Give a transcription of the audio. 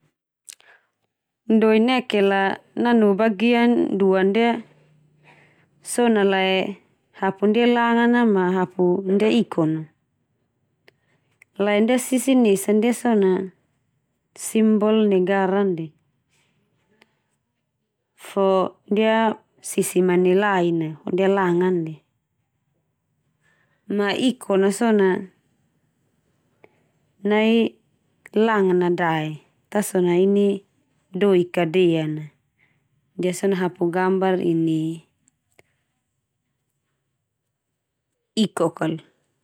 Doi nekel a nanu bagian dua ndia so na lae hapu ndia langan a ma hapu ndia ikon na. Lae ndia sisi esa ndia so na simbol negara ndia. Fo ndia sisi mani lai na ndia langan ndia, ma ikon na so na nai langa na dae, ta so na ini doik a ka dean na ndia son hapu gambar ini iko kal.